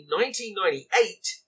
1998